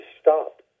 stop